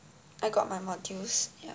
I got my modules